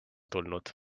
tulnud